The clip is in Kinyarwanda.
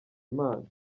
impano